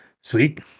sweet